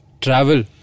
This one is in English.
travel